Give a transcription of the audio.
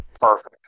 Perfect